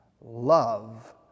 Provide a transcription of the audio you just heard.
love